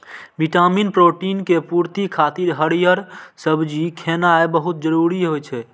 vitamin, protein के पूर्ति खातिर हरियर सब्जी खेनाय बहुत जरूरी होइ छै